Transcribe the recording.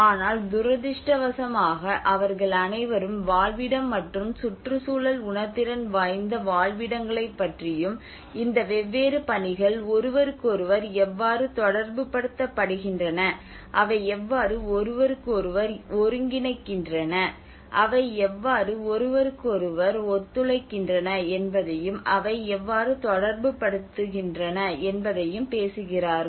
ஆனால் துரதிர்ஷ்டவசமாக அவர்கள் அனைவரும் வாழ்விடம் மற்றும் சுற்றுச்சூழல் உணர்திறன் வாய்ந்த வாழ்விடங்களைப் பற்றியும் இந்த வெவ்வேறு பணிகள் ஒருவருக்கொருவர் எவ்வாறு தொடர்புபடுத்தப்படுகின்றன அவை எவ்வாறு ஒருவருக்கொருவர் ஒருங்கிணைக்கின்றன அவை எவ்வாறு ஒருவருக்கொருவர் ஒத்துழைக்கின்றன என்பதையும் அவை எவ்வாறு தொடர்புபடுத்துகின்றன என்பதையும் பேசுகிறார்கள்